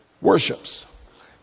worships